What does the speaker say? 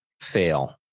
fail